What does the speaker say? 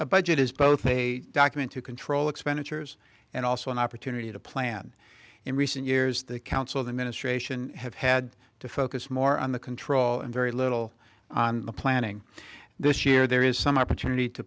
a budget is both a document to control expenditures and also an opportunity to plan in recent years the council the ministration have had to focus more on the control and very little on the planning this year there is some opportunity to